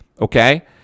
Okay